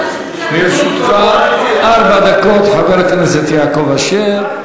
לרשותך ארבע דקות, חבר הכנסת יעקב אשר.